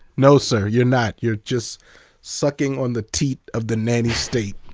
no, sir, you're not. you're just sucking on the teat of the nanny state.